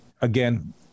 again